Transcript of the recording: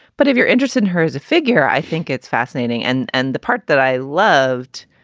but if you're interested in her as a figure, i think it's fascinating and and the part that i loved.